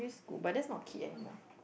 but that's not a kid anymore